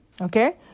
okay